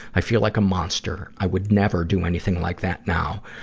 i feel like a monster. i would never do anything like that now.